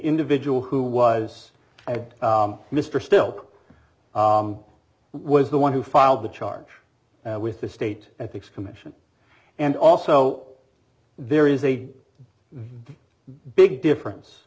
individual who was at mr still was the one who filed the charge with the state ethics commission and also there is a big difference